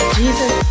jesus